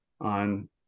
on